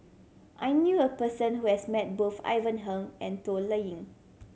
I knew a person who has met both Ivan Heng and Toh Liying